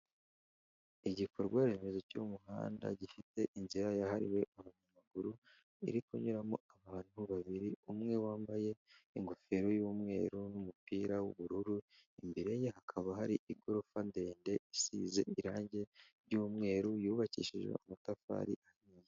Igikorwa remezo cy'umuhanda gifite inzira yahariwe abanyamaguru, iri kunyuramo abantu babiri, umwe wambaye ingofero y'umweru n'umupira w'ubururu, imbere ye hakaba hari igorofa ndende isize irangi ry'umweru yubakishije amatafari ahiye.